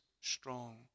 strong